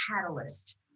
catalyst